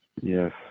Yes